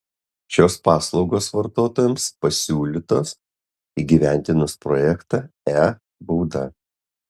šios paslaugos vartotojams pasiūlytos įgyvendinus projektą e bauda